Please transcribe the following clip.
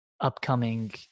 upcoming